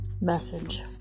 message